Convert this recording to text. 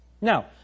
Now